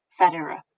federer